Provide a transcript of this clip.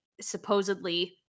supposedly